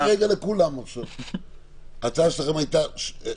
לא, אמרנו שבבית משפט כשאני מגיש ידנית, אפשר שם.